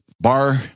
bar